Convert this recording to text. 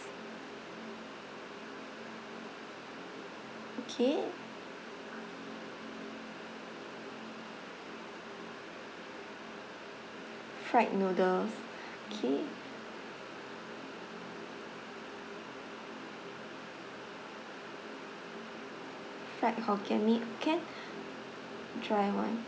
okay fried noodles okay fried hokkien mee can dry [one]